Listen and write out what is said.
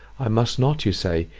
i must not, you say,